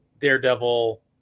Daredevil